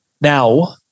Now